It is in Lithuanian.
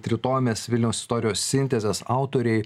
tritomės vilniaus istorijos sintezės autoriai